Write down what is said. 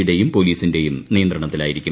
യുടെയും പോലീസിന്റെയും നിയന്ത്രണത്തിലായിരിക്കും